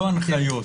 לא הנחיות,